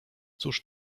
cóż